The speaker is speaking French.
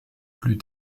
plus